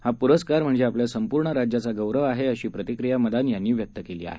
हा पुरस्कार म्हणजे आपल्या संपूर्ण राज्याचा गौरव आहे अशी प्रतिक्रिया मदान यांनी व्यक्त केली आहे